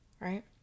right